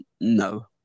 No